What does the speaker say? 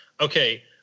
Okay